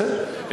בסדר.